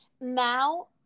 now